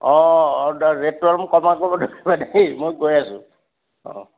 অঁ অৰ্ডাৰ ৰেট'টো অকণমান কমাই ধৰিবা দেই মই গৈ আছোঁ অঁ